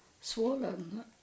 swollen